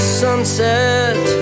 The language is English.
sunset